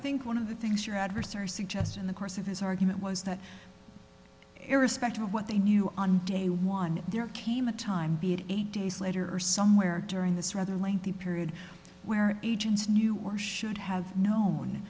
one of the things your adversary suggests in the course of his argument was that irrespective of what they knew on day one there came a time eight days later or somewhere during this rather lengthy period where agents knew or should have known